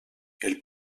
elle